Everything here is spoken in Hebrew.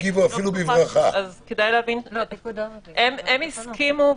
הם הסכימו,